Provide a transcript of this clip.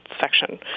section